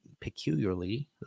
peculiarly